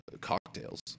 cocktails